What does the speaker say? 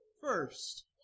first